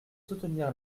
soutenir